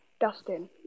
Dustin